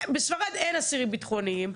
בספרד אין אסירים ביטחוניים,